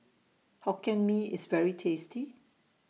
Hokkien Mee IS very tasty